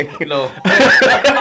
No